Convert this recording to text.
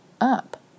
up